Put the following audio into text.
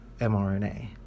mRNA